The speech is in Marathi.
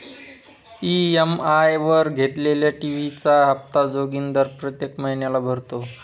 ई.एम.आय वर घेतलेल्या टी.व्ही चा हप्ता जोगिंदर प्रत्येक महिन्याला भरतो